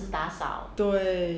对